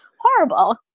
horrible